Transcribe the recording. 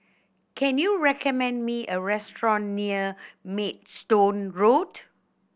can you recommend me a restaurant near Maidstone Road